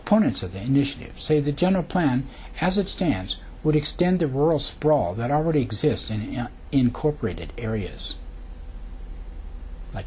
opponents of the initiative say the general plan as it stands would extend the rural sprawl that already exist in incorporated areas like